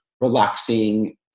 relaxing